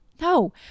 No